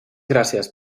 gràcies